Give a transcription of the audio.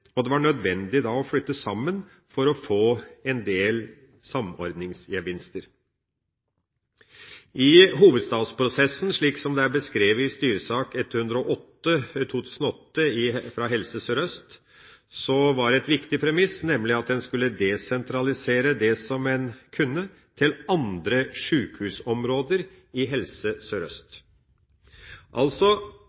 og det var nødvendig da å flytte sammen for å få en del samordningsgevinster. I hovedstadsprosessen, slik som det er beskrevet i styresak 108/2008 fra Helse Sør-Øst, var en viktig premiss at man skulle desentralisere det som en kunne, til andre sjukehusområder i Helse